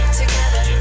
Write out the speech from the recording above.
together